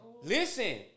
Listen